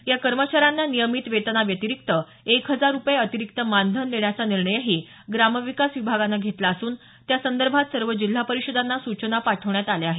या कर्मचाऱ्यांना नियमित वेतनाव्यतिरिक्त एक हजार रुपये अतिरिक्त मानधन देण्याचा निर्णयही ग्रामविकास विभागानं घेतला असून त्यासंदर्भात सर्व जिल्हा परिषदांना सूचना पाठवण्यात आल्या आहेत